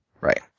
Right